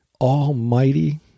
almighty